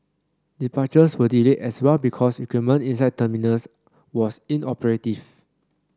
departures were delayed as well because equipment inside terminals was inoperative